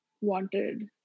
wanted